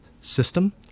system